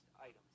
items